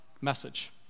message